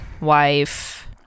wife